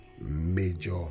major